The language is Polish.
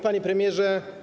Panie Premierze!